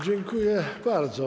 Dziękuję bardzo.